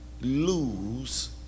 lose